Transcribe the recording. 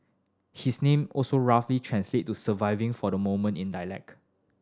his name also roughly translate to surviving for the moment in dialect